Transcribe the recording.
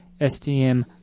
STM